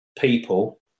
people